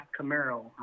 Camaro